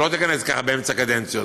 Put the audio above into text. שלא תיכנס ככה באמצע קדנציות.